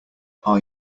are